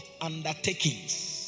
undertakings